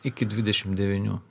iki dvidešimt devynių